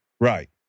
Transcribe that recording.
Right